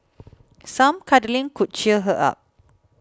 some cuddling could cheer her up